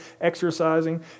Exercising